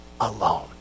alone